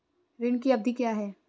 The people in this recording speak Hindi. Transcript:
ऋण की अवधि क्या है?